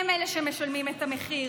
הם אלה שמשלמים את המחיר.